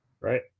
Right